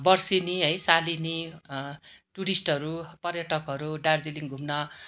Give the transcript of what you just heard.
वर्षेनी है सालेनी टुरिस्टहरू पर्यटकहरू दार्जिलिङ घुम्न